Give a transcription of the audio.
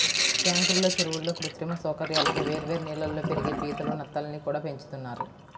ట్యాంకుల్లో, చెరువుల్లో కృత్రిమ సౌకర్యాలతో వేర్వేరు నీళ్ళల్లో పెరిగే పీతలు, నత్తల్ని కూడా పెంచుతున్నారు